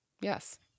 yes